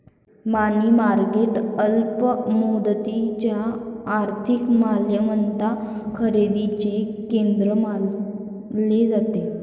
मनी market अल्प मुदतीच्या आर्थिक मालमत्ता खरेदीचे केंद्र मानले जाते